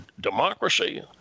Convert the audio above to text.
democracy